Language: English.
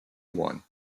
one